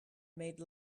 made